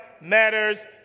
matters